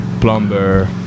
plumber